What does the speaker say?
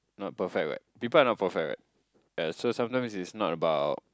not perfect what people are not perfect what ya so sometimes it's not about